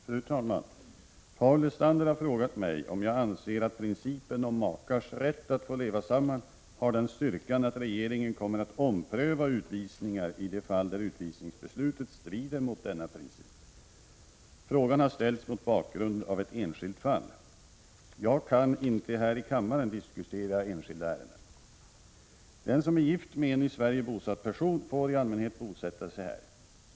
Fru talman! Paul Lestander har frågat mig om jag anser att principen om makars rätt att få leva samman har den styrkan att regeringen kommer att ompröva utvisningar i de fall där utvisningsbeslutet strider mot denna princip. Frågan har ställts mot bakgrund av ett enskilt fall. Jag kan inte här i kammaren diskutera enskilda ärenden. Den som är gift med en i Sverige bosatt person får i allmänhet bosätta sig här.